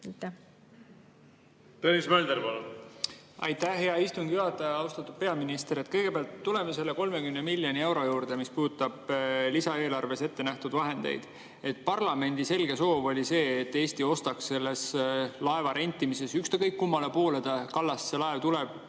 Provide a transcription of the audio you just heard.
Tõnis Mölder, palun! Aitäh, hea istungi juhataja! Austatud peaminister! Kõigepealt tuleme selle 30 miljoni euro juurde, mis puudutab lisaeelarves ette nähtud vahendeid. Parlamendi selge soov oli see, et Eesti ostaks selle laeva rentimises, ükskõik kummale poole kallast see laev tuleb,